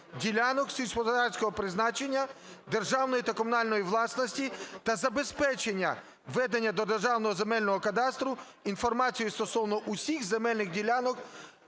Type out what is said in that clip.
Дякую.